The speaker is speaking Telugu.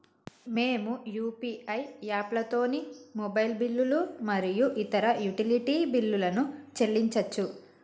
మేము యూ.పీ.ఐ యాప్లతోని మొబైల్ బిల్లులు మరియు ఇతర యుటిలిటీ బిల్లులను చెల్లించచ్చు